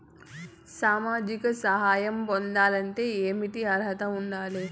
సామాజిక సహాయం పొందాలంటే ఏమి అర్హత ఉండాలి?